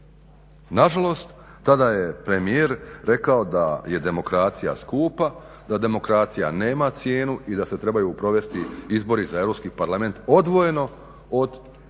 Na žalost tada je premijer rekao da je demokracija skupa, da demokracija nema cijenu i da se trebaju provesti izbori za Europski parlament odvojeno od izbora